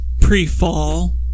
pre-fall